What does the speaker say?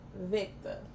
Victor